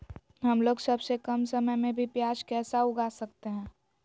हमलोग सबसे कम समय में भी प्याज कैसे उगा सकते हैं?